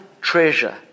treasure